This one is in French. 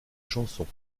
chansons